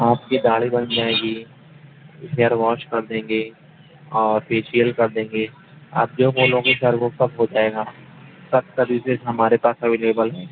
آپ کی داڑھی بن جائے گی ہیئر واش کر دیں گے اور فیشیل کر دیں گے آپ جو بولو گے سر وہ سب ہو جائے گا سب سرویسز ہمارے پاس اویلیبل ہیں